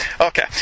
okay